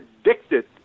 addicted